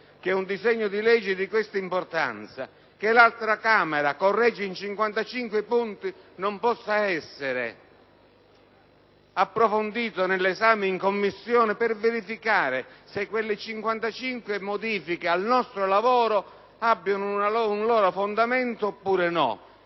che un disegno di legge di questa importanza, che l'altra Camera corregge in 55 punti, non possa essere approfondito attraverso l'esame in Commissione, per verificare se quelle 55 modifiche al nostro lavoro abbiano un loro fondamento? Lo